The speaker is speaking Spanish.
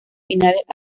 finales